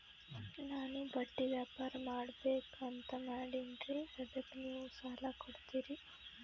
ನಾನು ಬಟ್ಟಿ ವ್ಯಾಪಾರ್ ಮಾಡಬಕು ಅಂತ ಮಾಡಿನ್ರಿ ಅದಕ್ಕ ನೀವು ಸಾಲ ಕೊಡ್ತೀರಿ?